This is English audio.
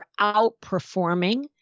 outperforming